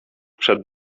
przed